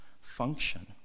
function